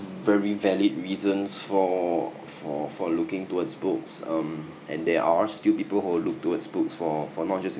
very valid reasons for for for looking towards books um and there are still people who would look towards books for for not just